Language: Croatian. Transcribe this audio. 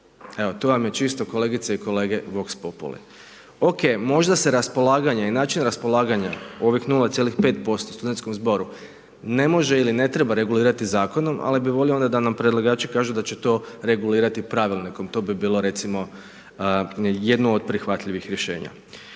evo to vam je čisto kolegice i kolege vokspopuli. OK, možda se raspolaganje i način raspolaganja ovih 05,% studentskom zboru ne može ili ne treba regulirati zakonom, ali bi volio onda da nam predlagači kažu da će to regulirati pravilnikom to bi bilo recimo jedno od prihvatljivih rješenja.